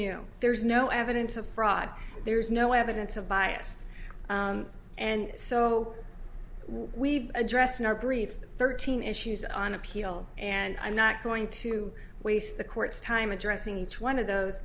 new there's no evidence of fraud there's no evidence of bias and so we address in our brief thirteen issues on appeal and i'm not going to waste the court's time addressing each one of those